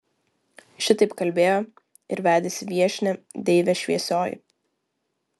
šitaip kalbėjo ir vedėsi viešnią deivė šviesioji